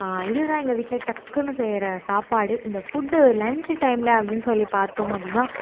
இது தான் எங்கள் வீட்டில் டக்குனு செய்கிற சாப்பாடு இந்த ஃபுட்டு லன்ச்சு டைமில் அப்படின் சொல்லி பார்த்தோம் அப்படின்னா